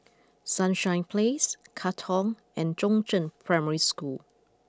Sunshine Place Katong and Chongzheng Primary School